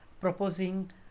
proposing